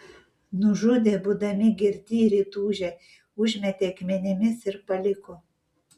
nužudė būdami girti ir įtūžę užmėtė akmenimis ir paliko